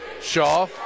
Shaw